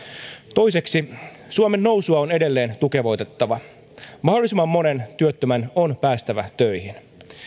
toiseksi suomen nousua on edelleen tukevoitettava mahdollisimman monen työttömän on päästävä töihin